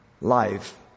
life